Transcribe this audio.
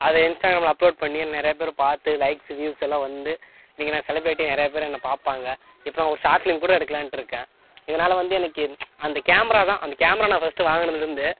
அது இன்ஸ்டாகிராமில் அப்லோட் பண்ணி நிறையா பேர் பார்த்து லைக்ஸ் வியூஸ் எல்லாம் வந்து இன்னைக்கி நான் செலிபிரிட்டி நிறையா பேர் என்ன பார்ப்பாங்க இப்போ நான் ஒரு ஷார்ட் ஃபிலிம் கூட எடுக்கலாம்ன்ட்டு இருக்கேன் இதனால் வந்து எனக்கு அந்த கேமரா தான் அந்த கேமரா நான் ஃபஸ்ட்டு வாங்குனதுலேருந்து